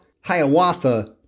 Hiawatha